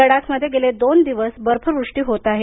लदाखमध्ये गेले दोन दिवस बर्फवृष्टी होत आहे